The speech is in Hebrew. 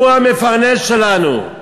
הוא המפרנס שלנו.